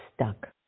stuck